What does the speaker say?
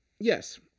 yes